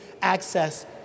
access